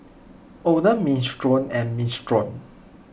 Oden Minestrone and Minestrone